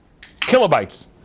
Kilobytes